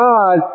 God